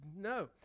No